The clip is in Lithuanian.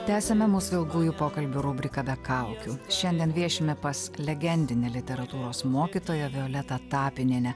tęsiame mūsų ilgųjų pokalbių rubriką be kaukių šiandien viešime pas legendinę literatūros mokytoją violetą tapinienę